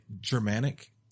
Germanic